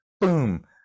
boom